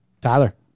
Tyler